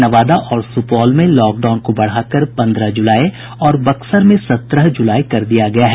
नवादा और सुपौल में लॉकडाउन को बढ़ाकर पंद्रह ज़ुलाई और बक्सर में सत्रह ज़ुलाई कर दिया गया है